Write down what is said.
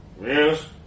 Yes